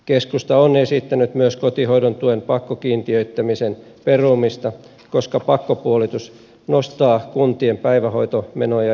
keskusta on esittänyt myös kotihoidon tuen pakkokiintiöimisen perumista koska pakkopuolitus nostaa kuntien päivähoitomenoja entisestään